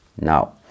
Now